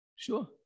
Sure